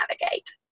navigate